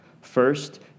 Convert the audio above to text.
First